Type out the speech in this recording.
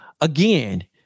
again